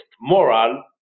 moral